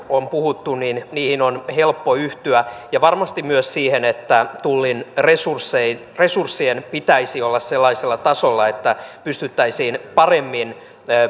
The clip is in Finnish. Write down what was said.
on puhuttu niihin asioihin on helppo yhtyä ja varmasti myös siihen että tullin resurssien pitäisi olla sellaisella tasolla että pystyttäisiin paremmin